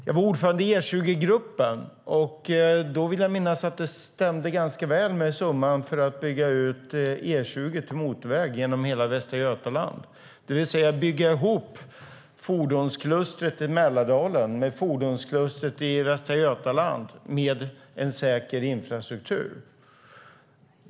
Jag vill minnas att det när jag var ordförande i E20-gruppen stämde ganska väl med summan för att bygga ut E20 till motorväg genom hela Västra Götaland, det vill säga bygga ihop fordonsklustret i Mälardalen och fordonsklustret i Västra Götaland med en säker infrastruktur.